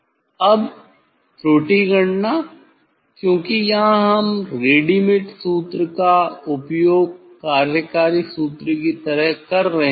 अब त्रुटि गणना क्योंकि यहां हम रेडीमेड सूत्र का उपयोग कार्यकारी सूत्र की तरह कर रहे हैं